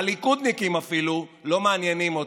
הליכודניקים אפילו לא מעניינים אותו,